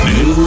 New